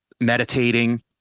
meditating